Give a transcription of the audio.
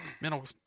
mental